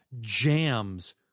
jams